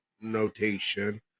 notation